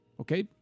Okay